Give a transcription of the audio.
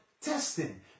testing